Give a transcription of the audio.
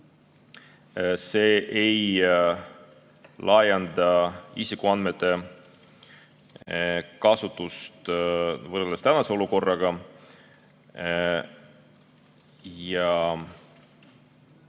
See ei laienda isikuandmete kasutust, võrreldes tänase olukorraga.